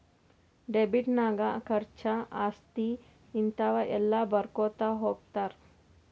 debit ನಾಗ್ ಖರ್ಚಾ, ಆಸ್ತಿ, ಹಿಂತಾವ ಎಲ್ಲ ಬರ್ಕೊತಾ ಹೊತ್ತಾರ್